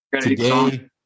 today